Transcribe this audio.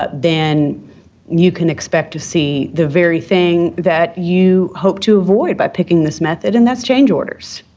but then you can expect to see the very thing that you hoped to avoid by picking this method, and that's change orders.